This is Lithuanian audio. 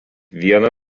vieną